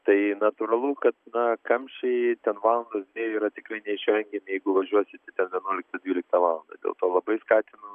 tai natūralu kad na kamščiai ten valandos dviejų yra tikrai neišvengiami jeigu važiuosite ten vienuoliktą dvyliktą valandą dėl to labai skatinu